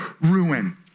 ruin